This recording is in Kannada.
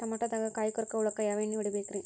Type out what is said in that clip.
ಟಮಾಟೊದಾಗ ಕಾಯಿಕೊರಕ ಹುಳಕ್ಕ ಯಾವ ಎಣ್ಣಿ ಹೊಡಿಬೇಕ್ರೇ?